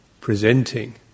presenting